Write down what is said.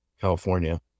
California